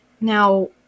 now